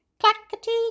clackety